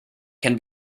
can